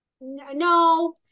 No